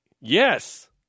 Yes